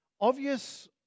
Obvious